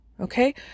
Okay